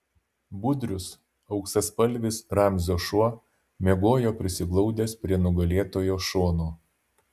budrius auksaspalvis ramzio šuo miegojo prisiglaudęs prie nugalėtojo šono